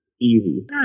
easy